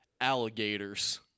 alligators